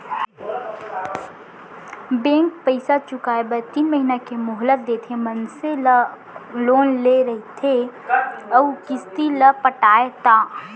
bank पइसा चुकाए बर तीन महिना के मोहलत देथे मनसे ला लोन ले रहिथे अउ किस्ती ल पटाय ता